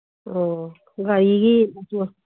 ꯑꯣ ꯒꯥꯔꯤꯒꯤ ꯃꯆꯨ